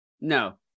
No